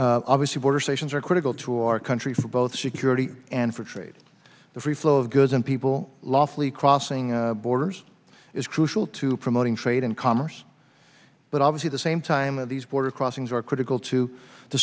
stations obviously border stations are critical to our country for both security and for trade the free flow of goods and people lawfully crossing borders is crucial to promoting trade and commerce but obviously the same time of these border crossings are critical to the